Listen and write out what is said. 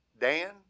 Dan